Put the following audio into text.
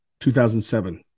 2007